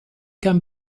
can